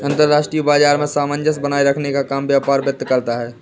अंतर्राष्ट्रीय बाजार में सामंजस्य बनाये रखने का काम व्यापार वित्त करता है